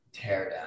teardown